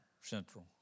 Central